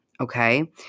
okay